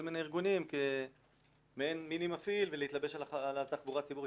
מיני ארגונים כמעין מיני-מפעיל ולהתלבש על התחבורה הציבורית.